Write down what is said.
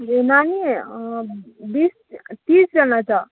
ए नानी बिस तिसजना छ